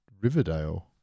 Riverdale